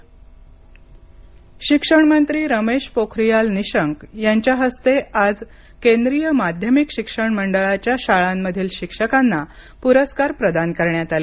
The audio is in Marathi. सीबीएसइ शिक्षक प्रस्कार शिक्षण मंत्री रमेश पोखरियाल निशंक यांच्या हस्ते आज केंद्रीय माध्यमिक शिक्षण मंडळाच्या शाळांमधील शिक्षकांना पुरस्कार प्रदान करण्यात आले